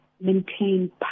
maintain